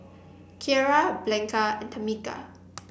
Kiera Blanca and Tamica